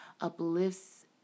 uplifts